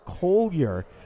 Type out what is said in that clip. Collier